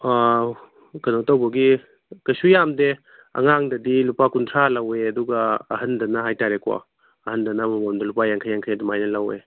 ꯑꯥ ꯀꯩꯅꯣ ꯇꯧꯕꯒꯤ ꯀꯩꯁꯨ ꯌꯥꯝꯗꯦ ꯑꯉꯥꯡꯗꯗꯤ ꯂꯨꯄꯥ ꯀꯨꯟꯊ꯭ꯔꯥ ꯂꯧꯋꯦ ꯑꯗꯨꯒ ꯑꯍꯟꯗꯅ ꯍꯥꯏꯇꯔꯦꯀꯣ ꯑꯍꯟꯗꯅ ꯑꯃꯃꯝꯗ ꯂꯨꯄꯥ ꯌꯥꯡꯈꯩ ꯌꯥꯡꯈꯩ ꯑꯗꯨꯃꯥꯏꯅ ꯂꯧꯋꯦ